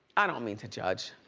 i don't mean to judge.